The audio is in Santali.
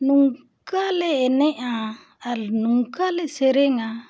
ᱱᱚᱝᱠᱟᱞᱮ ᱮᱱᱮᱡ ᱟ ᱟᱨ ᱱᱚᱝᱠᱟ ᱞᱮ ᱥᱮᱨᱮᱧᱟ